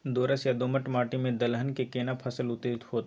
दोरस या दोमट माटी में दलहन के केना फसल उचित होतै?